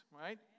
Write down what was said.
right